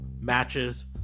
matches